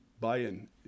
buy-in